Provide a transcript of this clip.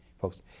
folks